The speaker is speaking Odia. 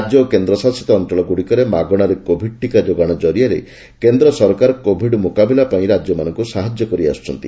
ରାଜ୍ୟ ଓ କେନ୍ଦ୍ରଶାସିତ ଅଞ୍ଞଳଗୁଡ଼ିକୁ ମାଗଶାରେ କୋଭିଡ୍ ଟିକା ଯୋଗାଣ ଜରିଆରେ କେନ୍ଦ୍ ସରକାର କୋଭିଡ୍ ମୁକାବିଲା ପାଇଁ ରାଜ୍ୟମାନଙ୍କୁ ସାହାଯ୍ୟ କରିଆସ୍ବଛନ୍ତି